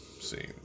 See